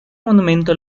monumento